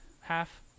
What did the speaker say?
half